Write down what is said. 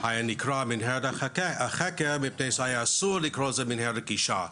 נקרא מנהרת החקר מפני שהיה אזור לקרוא לזה מנהרת גישה,